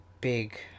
big